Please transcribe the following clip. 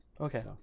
Okay